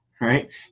Right